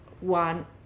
one